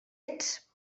ets